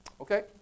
Okay